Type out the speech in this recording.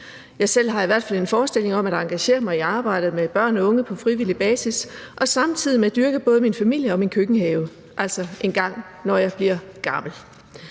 Jeg selv har i hvert fald en forestilling om at engagere mig i arbejdet med børn og unge på frivillig basis og samtidig med det både dyrke min familie og min køkkenhave – altså engang når jeg bliver gammel.